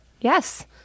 Yes